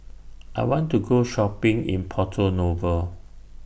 I want to Go Shopping in Porto Novo